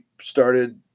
started